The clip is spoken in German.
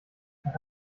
nach